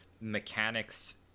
mechanics